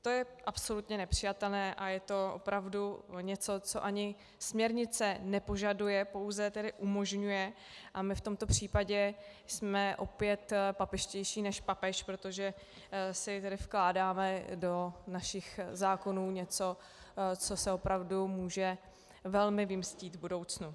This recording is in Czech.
To je absolutně nepřijatelné a je to opravdu něco, co ani směrnice nepožaduje, pouze umožňuje, a my v tomto případě jsme opět papežštější než papež, protože si vkládáme do našich zákonů něco, co se opravdu může velmi vymstít v budoucnu.